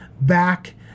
back